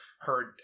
heard